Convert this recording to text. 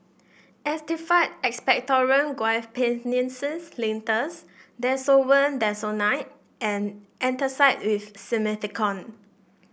Actified Expectorant Guaiphenesin Linctus Desowen Desonide and Antacid with Simethicone